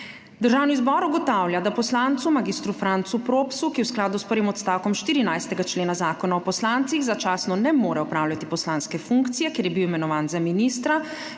Državni zbor ugotavlja, da poslancu mag. Francu Propsu, ki v skladu s prvim odstavkom 14. člena zakona o poslancih začasno ne more opravljati poslanske funkcije, ker je bil imenovan za ministra.